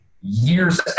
years